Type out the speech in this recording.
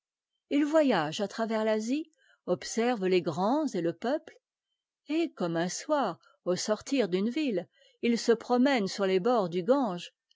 h voyage à travers l'asie observe les grands et le peuple et comme un soir au sortir d'une ville il se promène sur les bords du gange